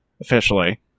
officially